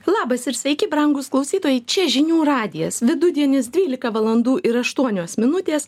labas ir sveiki brangūs klausytojai čia žinių radijas vidudienis dvylika valandų ir aštuonios minutės